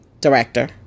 director